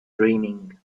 dreaming